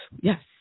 Yes